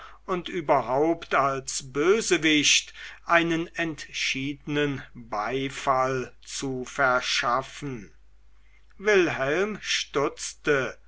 und überhaupt als bösewicht einen entschiedenen beifall zu verschaffen wilhelm stutzte